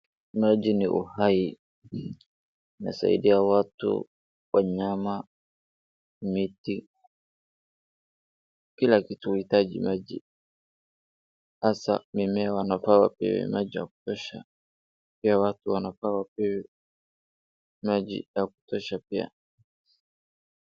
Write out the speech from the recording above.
Maji ni uhai, inasaidia watu, wanyama, miti, kila kitu huhitaji maji; hasa mimea wanafaa wapewe maji ya kutosha. Pia watu wanafaa wapewe maji ya kutosha pia.